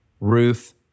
Ruth